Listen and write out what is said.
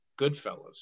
Goodfellas